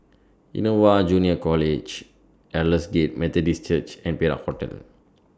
Innova Junior College Aldersgate Methodist Church and Perak Hotel